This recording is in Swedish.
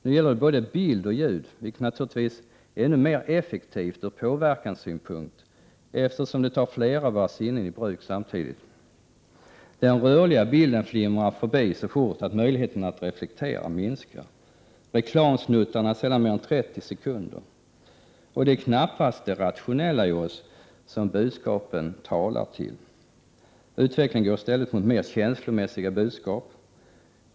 Nu gäller det både bild och ljud, vilket naturligvis är ännu mer effektivt från påverkanssynpunkt, eftersom det tar fler av våra sinnen i bruk samtidigt. Den rörliga bilden flimrar förbi så fort att möjligheten att reflektera minskar. Reklamsnuttarna varar sällan mer än 30 sekunder. Det är knappast det rationella i oss som budskapen talar till. Utvecklingen går i stället mot mer känslomässiga budskap.